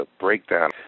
breakdown